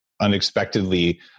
unexpectedly